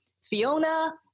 fiona